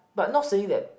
but not saying that